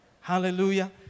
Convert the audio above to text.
Hallelujah